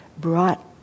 brought